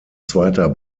zweiter